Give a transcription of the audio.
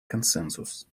консенсус